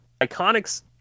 Iconics